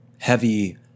heavy